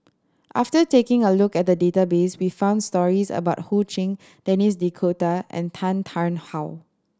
after taking a look at the database we found stories about Ho Ching Denis D'Cotta and Tan Tarn How